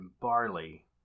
barley